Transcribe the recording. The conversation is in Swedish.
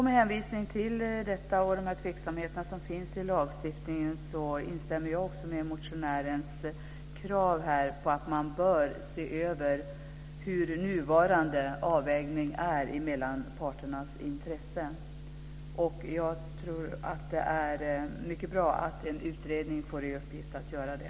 Med hänvisning till detta och de tveksamheter som finns i lagstiftningen instämmer jag i motionärens krav på att se över nuvarande avvägning mellan parternas intressen. Jag tror att det är mycket bra att en utredning får i uppgift att göra det.